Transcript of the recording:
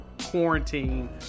quarantine